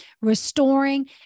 restoring